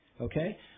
Okay